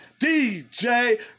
DJ